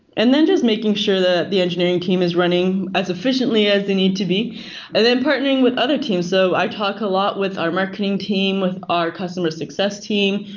and then just making sure that the engineering team is running as efficiently as they need to be, and then partnering with other teams. so i talk a lot with our marketing team, with our customer success team,